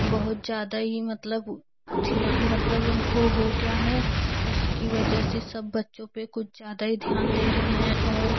बहुत ज़्यादा ही मतलब कठिन मतलब वो हो गया है उसकी वजह से सब बच्चों पर कुछ ज़्यादा ही ध्यान दे रहे हैं और